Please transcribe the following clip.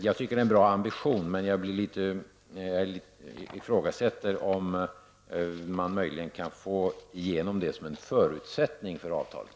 Jag tycker att det är en bra ambition, men jag ifrågasätter om man kan få igenom det som en förutsättning för avtalet.